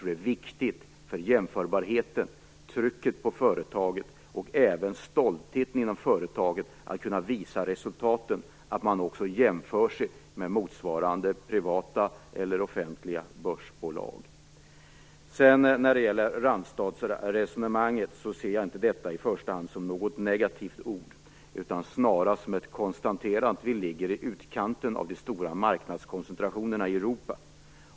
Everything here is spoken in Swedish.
Det är viktigt för jämförbarheten, trycket på företaget och även stoltheten inom företaget att man kan visa resultaten och att man jämför sig med motsvarande privata eller offentliga börsbolag. När det sedan gäller resonemanget om en randstat ser jag inte detta i första hand som något negativt ord, utan snarast som ett konstaterande att Sverige ligger i utkanten av de stora marknadskoncentrationerna i Europa.